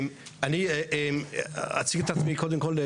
אני אציג את עצמי קודם כל.